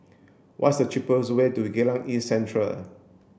what's the cheapest way to Geylang East Central